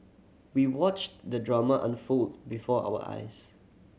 we watched the drama unfold before our eyes